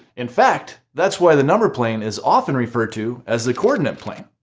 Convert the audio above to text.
in fact, that's why the number plane is often referred to as the coordinate plane.